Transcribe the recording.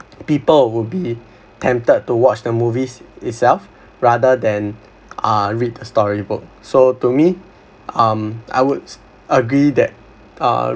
people will be tempted to watch the movies itself rather than uh read the storybook so to me um I would agree that uh